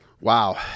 Wow